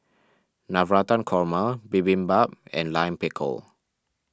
Navratan Korma Bibimbap and Lime Pickle